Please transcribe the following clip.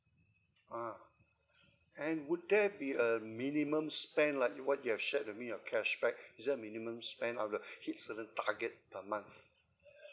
ah and would there be a minimum spend like what you have shared to me your cashback is there a minimum spend I have to hit certain target per month